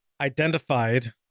identified